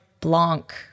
Blanc